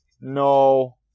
No